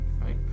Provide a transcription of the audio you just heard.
right